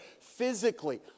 physically